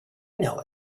know